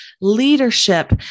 leadership